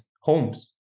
homes